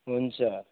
हुन्छ